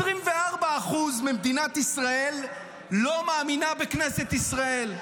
24% ממדינת ישראל לא מאמינים בכנסת ישראל,